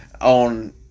on